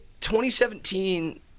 2017